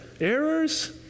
errors